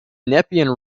nepean